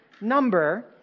number